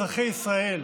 אזרחי ישראל,